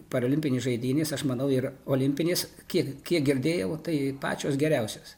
parolimpinės žaidynės aš manau ir olimpinės kiek kiek girdėjau tai pačios geriausios